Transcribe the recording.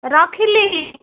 ରଖିଲି